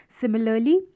Similarly